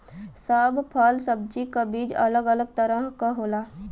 सब फल सब्जी क बीज अलग अलग तरह क होला